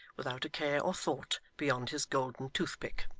without a care or thought beyond his golden toothpick.